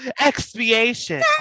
Expiation